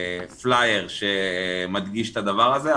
פלייר שמדגיש את הדבר הזה,